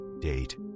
Date